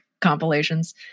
compilations